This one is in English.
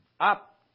Up